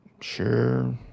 Sure